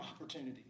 opportunity